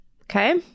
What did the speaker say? Okay